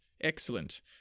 Excellent